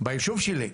בישוב שלי.